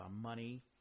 money